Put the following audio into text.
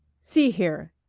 see here!